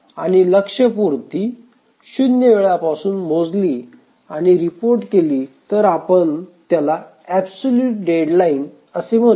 आणि लक्ष्य्यपूर्ती शून्य वेळापासून मोजणी आणि रिपोर्ट केली तर आपण त्याला ऍबसोल्युट डेडलाईन असे म्हणू